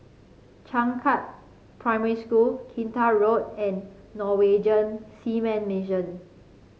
Changkat Primary School Kinta Road and Norwegian Seamen Mission